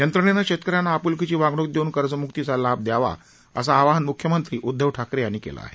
यंत्रणेनं शेतकऱ्यांना आप्लकीची वागणूक देऊन कर्जम्क्तीचा लाभ दयावा असं आवाहन म्ख्यमंत्री उद्धव ठाकरे यांनी केलं आहे